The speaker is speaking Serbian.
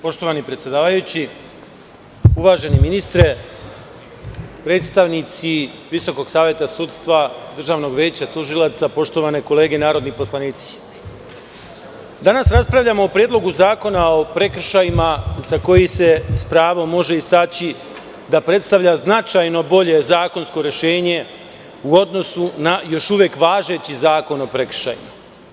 Poštovani predsedavajući, uvaženi ministre, predstavnici Visokog saveta sudstva državnog veća tužilaca, poštovane kolege narodni poslanici, danas raspravljamo o Predlogu zakona o prekršajima za koji se s pravom može istaći da predstavlja značajno bolje zakonsko rešenje u odnosu na još uvek važeći Zakon o prekršajima.